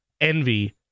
envy